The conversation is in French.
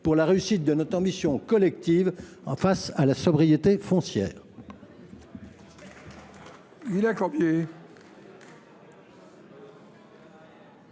pour la réussite de notre ambition collective en matière de sobriété foncière.